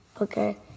Okay